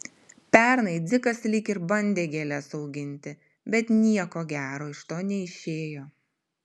pernai dzikas lyg ir bandė gėles auginti bet nieko gero iš to neišėjo